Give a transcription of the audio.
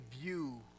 view